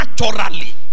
naturally